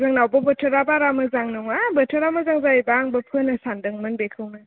जोंनावबो बोथोरा बारा मोजां नङा बोथोरा मोजां जायोबा आंबो फोनो सानदों मोन बिखौनो